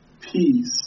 peace